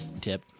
Tip